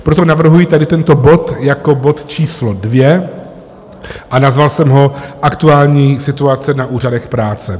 Proto navrhuji tady tento bod jako bod číslo 2 a nazval jsem ho Aktuální situace na úřadech práce.